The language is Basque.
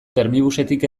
termibusetik